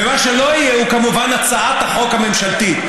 ומה שלא יהיה הוא כמובן הצעת החוק הממשלתית,